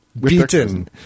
beaten